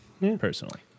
personally